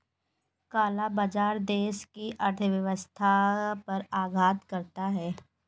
काला बाजार देश की अर्थव्यवस्था पर आघात करता है